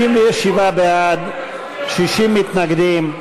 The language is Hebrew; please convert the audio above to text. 57 בעד, 60 מתנגדים.